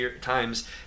times